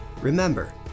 Remember